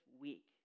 week